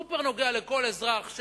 סופר-נוגע לכל אזרח,